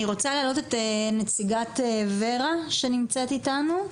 אני רוצה להעלות את נציגת ור"ה שנמצאת איתנו.